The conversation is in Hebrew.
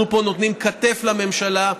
אנחנו פה נותנים כתף לממשלה,